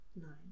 Nine